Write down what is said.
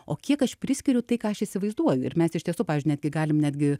o kiek aš priskiriu tai ką aš įsivaizduoju ir mes iš tiesų pavyzdžiui netgi galim netgi